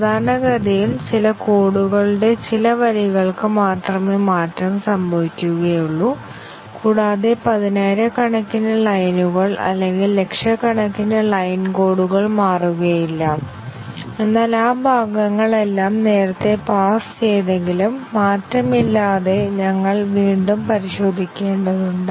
സാധാരണഗതിയിൽ ചില കോഡുകളുടെ ചില വരികൾക്ക് മാത്രമേ മാറ്റം സംഭവിക്കുകയുള്ളൂ കൂടാതെ പതിനായിരക്കണക്കിന് ലൈനുകൾ അല്ലെങ്കിൽ ലക്ഷക്കണക്കിന് ലൈൻ കോഡുകൾ മാറുകയില്ല എന്നാൽ ആ ഭാഗങ്ങളെല്ലാം നേരത്തെ പാസ്സ് ചെയ്തെങ്കിലും മാറ്റമില്ലാതെ ഞങ്ങൾ വീണ്ടും പരിശോധിക്കേണ്ടതുണ്ട്